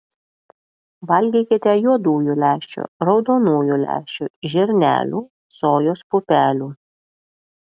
valgykite juodųjų lęšių raudonųjų lęšių žirnelių sojos pupelių